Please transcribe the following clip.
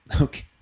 okay